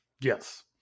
yes